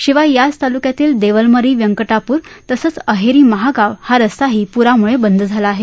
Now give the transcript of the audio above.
शिवाय याच तालुक्यातील देवलमरी व्यंकटापूर तसेच अहेरी महागाव हा रस्ताही पुरामुळे बंद झाला आहे